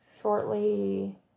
shortly